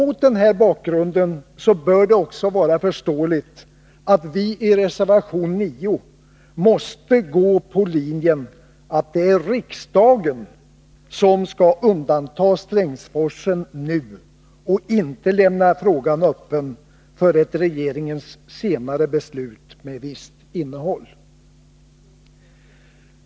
Mot den här bakgrunden bör det också vara förståeligt att vi i reservation 9 måste gå på linjen att det är riksdagen som skall undanta Strängsforsen nu och inte lämna frågan öppen för ett regeringens senare beslut med visst innehåll.